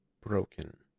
broken